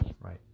Right